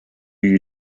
you